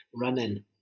running